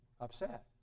upset